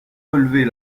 relever